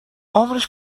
عمرش